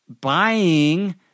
buying